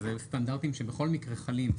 ואלה סטנדרטים שבכל מקרה חלים,